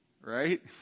Right